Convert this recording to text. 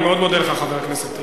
אני מאוד מודה לך, חבר הכנסת טיבי.